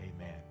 Amen